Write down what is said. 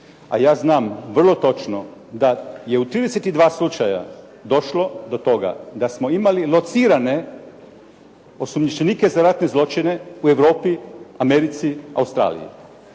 a ja znam vrlo točno da je u 32 slučaja došlo do toga da smo imali locirane osumnjičenike za ratne zločine u Europi, Americi, Australiji.